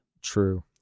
True